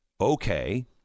Okay